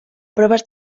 proves